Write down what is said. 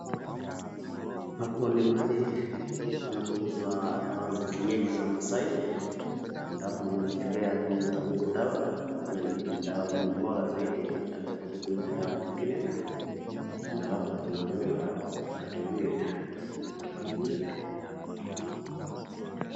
Hapa ni mahali panapouzwa dawa za kienyenji za Maasai ambapo ametuchorea miundo za hizo dawa, ni dawa bora zaidi kuliko hizi dawa zingine na hapa tunaambiwa tukaribie ili tukanunue tukunywe.